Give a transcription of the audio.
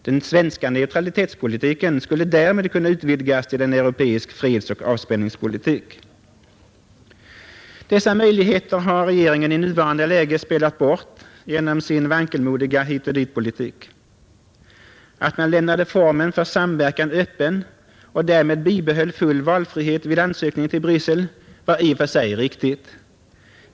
Den svenska neutralitetspolitiken skulle därmed kunna utvidgas till en europeisk fredsoch avspänningspolitik, Dessa möjligheter har regeringen i nuvarande läge spelat bort genom sin vankelmodiga hitoch ditpolitik. Att man lämnade formen för samverkan öppen och därmed bibehöll full valfrihet vid ansökningen till Bryssel var i och för sig riktigt.